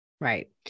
Right